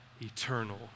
eternal